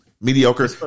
mediocre